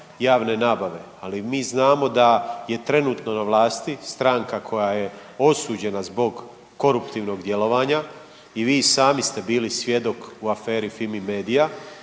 javne nabave. Ali mi znamo da je trenutno na vlasti stranka koja je osuđena zbog koruptivnog djelovanja. I vi sami ste bili svjedok u aferi Fimi-media.